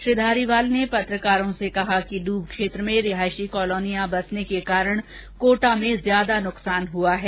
श्री धारीवाल ने पत्रकारों से कहा कि डुब क्षेत्र में रिहायशी कॉलोनियां बसने के कारण कोटा में ज्यादा नुकसान हुआ है